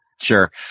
Sure